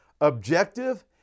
objective